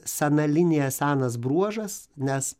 sena linija senas bruožas nes